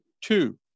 Two